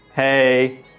Hey